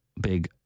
big